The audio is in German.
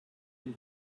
den